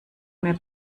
mehr